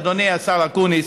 אדוני השר אקוניס,